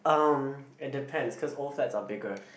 um it depends cause old flats are bigger